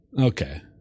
Okay